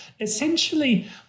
essentially